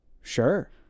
sure